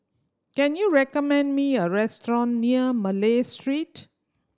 can you recommend me a restaurant near Malay Street